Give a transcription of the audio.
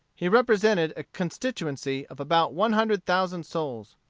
he represented a constituency of about one hundred thousand souls.